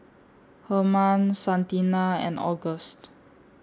Hermann Santina and August